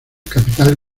capital